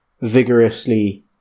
vigorously